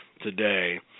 today